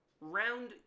round